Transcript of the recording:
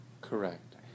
Correct